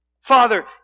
Father